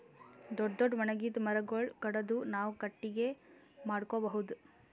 ದೊಡ್ಡ್ ದೊಡ್ಡ್ ಒಣಗಿದ್ ಮರಗೊಳ್ ಕಡದು ನಾವ್ ಕಟ್ಟಗಿ ಮಾಡ್ಕೊಬಹುದ್